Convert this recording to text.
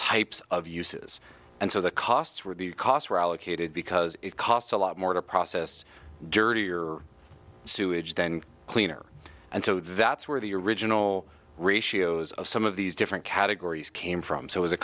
types of uses and so the costs were the costs were allocated because it costs a lot more to process dirty your sewage then cleaner and so that's where the original ratios of some of these different categories came from so it was a